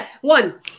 One